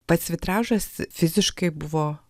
pats vitražas fiziškai buvo